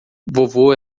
vovô